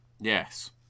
yes